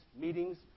meetings